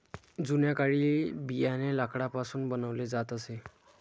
जुन्या काळी बियाणे लाकडापासून बनवले जात असे